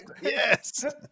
Yes